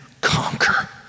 conquer